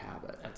habit